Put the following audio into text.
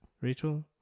rachel